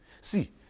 See